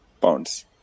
pounds